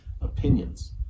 opinions